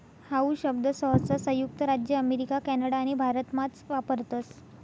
how शब्द सहसा संयुक्त राज्य अमेरिका कॅनडा आणि भारतमाच वापरतस